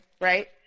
right